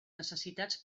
necessitats